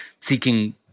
seeking